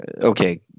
Okay